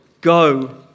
Go